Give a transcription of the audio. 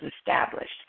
established